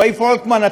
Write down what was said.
רועי פולקמן,